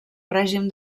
règim